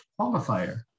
qualifier